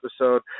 episode